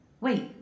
Wait